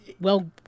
well-